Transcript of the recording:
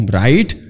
right